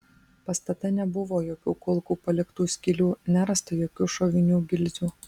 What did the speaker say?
pastate nebuvo jokių kulkų paliktų skylių nerasta jokių šovinių gilzių